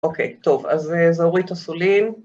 ‫אוקיי, טוב, אז זהורית אסולין.